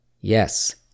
Yes